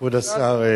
כבוד השר,